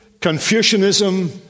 Confucianism